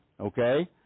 okay